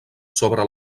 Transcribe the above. sobre